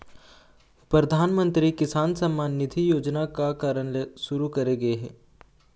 परधानमंतरी किसान सम्मान निधि योजना का कारन ले सुरू करे गे हे?